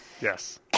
yes